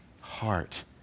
heart